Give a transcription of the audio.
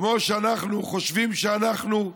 כמו שאנחנו חושבים שאנחנו,